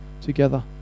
together